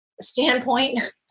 standpoint